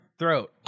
throat